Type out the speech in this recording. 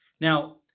Now